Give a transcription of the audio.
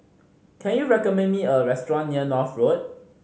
can you recommend me a restaurant near North Road